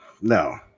no